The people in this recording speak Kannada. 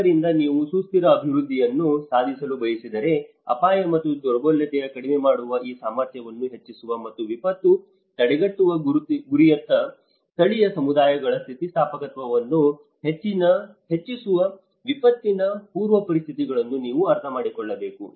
ಆದ್ದರಿಂದ ನೀವು ಸುಸ್ಥಿರ ಅಭಿವೃದ್ಧಿಯನ್ನು ಸಾಧಿಸಲು ಬಯಸಿದರೆ ಅಪಾಯ ಮತ್ತು ದುರ್ಬಲತೆಯನ್ನು ಕಡಿಮೆ ಮಾಡುವ ಮತ್ತು ಸಾಮರ್ಥ್ಯವನ್ನು ಹೆಚ್ಚಿಸುವ ಮತ್ತು ವಿಪತ್ತು ತಡೆಗಟ್ಟುವ ಗುರಿಯತ್ತ ಸ್ಥಳೀಯ ಸಮುದಾಯಗಳ ಸ್ಥಿತಿಸ್ಥಾಪಕತ್ವವನ್ನು ಹೆಚ್ಚಿಸುವ ವಿಪತ್ತಿನ ಪೂರ್ವ ಪರಿಸ್ಥಿತಿಗಳನ್ನು ನೀವು ಅರ್ಥಮಾಡಿಕೊಳ್ಳಬೇಕು